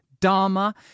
Dharma